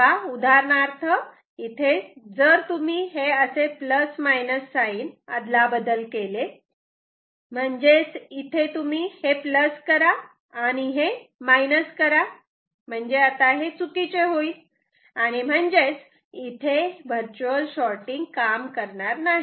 तेव्हा उदाहरणार्थ इथे जर तुम्ही हे असे प्लस मायनस साईन sign अदलाबदल केले म्हणजेच तुम्ही हे प्लस करा आणि हे मायनस करा म्हणजे हे चुकीचे होईल म्हणजे इथे वर्च्युअल शॉटिंग काम करणार नाही